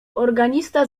organista